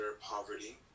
poverty